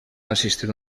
assistir